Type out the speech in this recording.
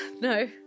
No